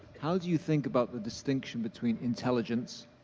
how do you think about the distinction between intelligence,